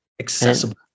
accessible